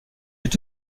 elle